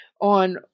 on